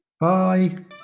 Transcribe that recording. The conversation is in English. Bye